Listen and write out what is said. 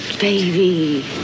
Baby